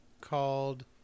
called